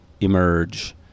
emerge